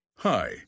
Hi